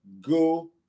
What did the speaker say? go